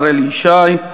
השר אלי ישי,